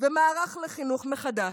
ומערך לחינוך מחדש.